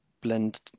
blend